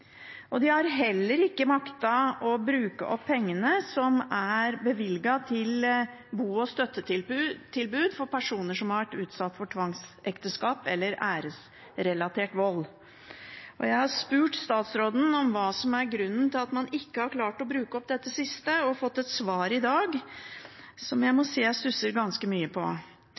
og de har heller ikke maktet å bruke opp pengene som er bevilget til bo- og støttetilbud for personer som har vært utsatt for tvangsekteskap eller æresrelatert vold. Jeg har spurt statsråden om hva som er grunnen til at man ikke har klart å bruke opp dette siste, og fått et svar i dag som jeg må si jeg stusser ganske mye